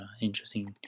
interesting